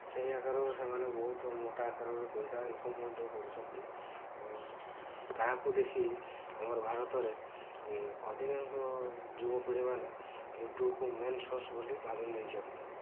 ସେଇ ଆକାରରେ ସେମାନେ ବହୁତ ମୋଟା ଆକାରର ପଇସା ଇନକମ୍ ମଧ୍ୟ କରୁଛନ୍ତି ତାହାକୁ ଦେଖି ଆମର ଭାରତରେ ଅଧିକାଂଶ ଯୁବ ପିଢ଼ିମାନେ ୟୁଟ୍ୟୁବ୍କୁ ମେନ୍ ସୋର୍ସ୍ ବୋଲି ଭାବି ନେଇଛନ୍ତି